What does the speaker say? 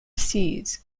seas